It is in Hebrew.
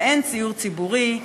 ואין דיור ציבורי.